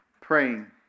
Praying